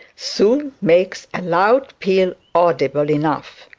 soon makes a loud peal audible enough.